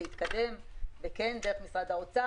יתקדם ונקבל את זה איכשהו דרך משרד האוצר.